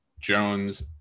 Jones